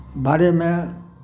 बारेमे